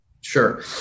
Sure